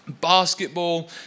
basketball